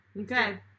Okay